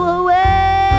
away